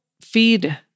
feed